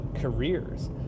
careers